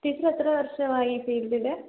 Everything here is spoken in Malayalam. ടീച്ചർ എത്ര വർഷമായി ഈ ഫീൽഡിൽ